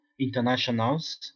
internationals